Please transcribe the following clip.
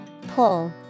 Pull